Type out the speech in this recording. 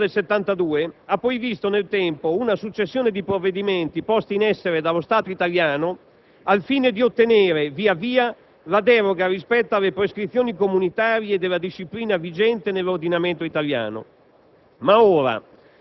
Quella normativa del 1972 ha poi visto nel tempo una successione di provvedimenti, posti in essere dallo Stato italiano al fine di ottenere via via la deroga, rispetto alle prescrizioni comunitarie, della disciplina vigente nell'ordinamento italiano.